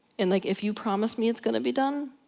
and like, if you promise me it's gonna be done,